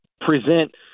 present